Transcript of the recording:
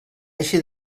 eixir